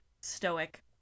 stoic